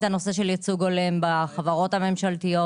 הנושא של ייצוג הולם בחברות הממשלתיות.